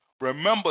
Remember